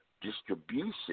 distribution